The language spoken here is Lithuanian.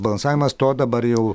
balansavimas to dabar jau